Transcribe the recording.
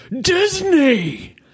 Disney